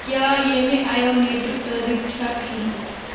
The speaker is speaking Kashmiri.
کیٛاہ ییٚمہِ آیونیٹُک تٲریٖخ چھا ٹھیٖک